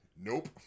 Nope